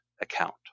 account